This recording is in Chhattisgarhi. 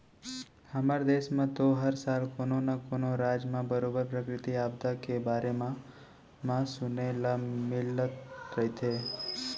हमर देस म तो हर साल कोनो न कोनो राज म बरोबर प्राकृतिक आपदा के बारे म म सुने ल मिलत रहिथे